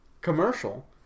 commercial